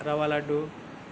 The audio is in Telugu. రవ్వలడ్డు